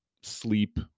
sleep